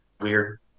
weird